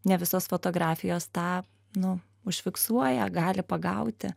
ne visos fotografijos tą nu užfiksuoja gali pagauti